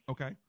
Okay